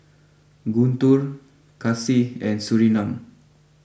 Guntur Kasih and Surinam